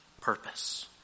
purpose